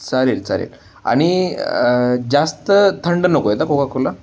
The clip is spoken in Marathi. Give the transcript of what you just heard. चालेल चालेल आणि जास्त थंड नको आहेत हां कोकाकोला